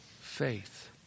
faith